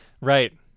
Right